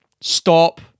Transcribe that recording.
Stop